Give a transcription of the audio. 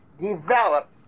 develop